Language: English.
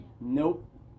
Nope